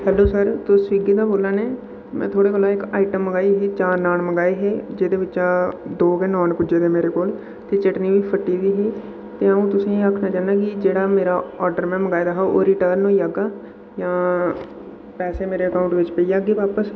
hello sir तुस स्विगी दा बोला ने में थुआढ़े कोला इक आइटम मंगाई ही चार नॉन मंगाए हे जेह्दे बिच्चा दौ गै नॉन पुज्जे दे मेरे कोल फिर चटनी भी फट्टी दी ही ते अं'ऊ तुसेंगी आखना चाह्न्नां कि जेह्ड़ा मेरा ऑर्डर में मंगाए दा हा ओह् रिटर्न होई जाह्ग जां पैसे मेरे अकाउंट बिच पेई जाह्गे बापस